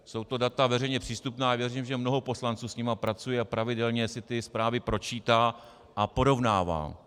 Jsou to data veřejně přístupná a věřím, že mnoho poslanců s nimi pracuje a pravidelně si ty zprávy pročítá a porovnává...